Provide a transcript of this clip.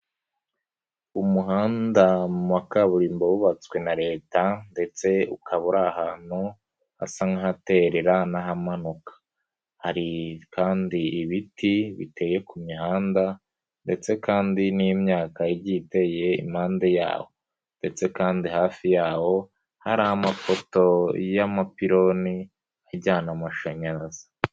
Umuhanda wa kaburimbo wubatswe na leta ndetse ukaba uri ahantu hasa nk'ahaterera n'ahamanuka, hari kandi ibiti biteye ku mihanda ndetse kandi n'imyaka igiye iteye impande yawo ndetse kandi hafi yaho, hari amapoto y'amapironi, ajyana amashanyarazi.